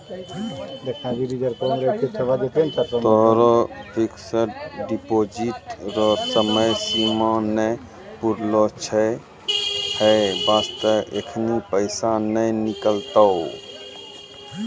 तोहरो fixed deposit रो समय सीमा नै पुरलो छौं है बास्ते एखनी पैसा नै निकलतौं